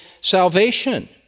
salvation